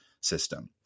system